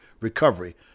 recovery